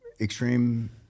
extreme